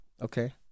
Okay